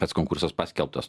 pats konkursas paskelbtas